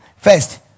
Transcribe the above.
First